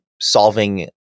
solving